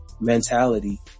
mentality